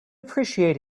appreciate